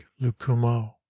lucumo